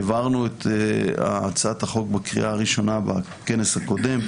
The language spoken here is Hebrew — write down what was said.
העברנו את הצעת החוק בקריאה ראשונה בכנס הקודם,